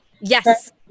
yes